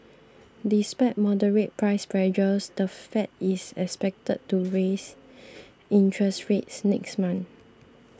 despite moderate price pressures the Fed is expected to raise interest rates next month